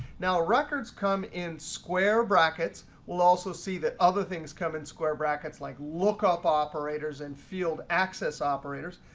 now records come in square brackets. we'll also see that other things come in square brackets like lookup operators and field access operators,